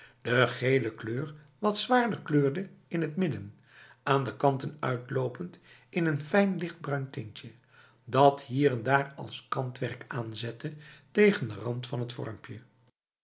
de gele kleur wat zwaarder kleurde in het midden aan de kanten uitlopend in een fijn lichtbruin tintje dat hier en daar als kantwerk aanzette tegen de rand van het vormpje